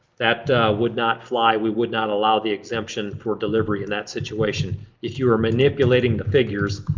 that would not fly. we would not allow the exemption for delivery in that situation if you were manipulating the figures